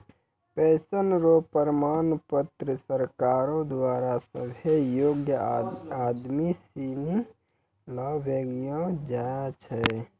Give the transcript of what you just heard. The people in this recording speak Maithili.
पेंशन र प्रमाण पत्र क सरकारो द्वारा सभ्भे योग्य आदमी सिनी ल बनैलो जाय छै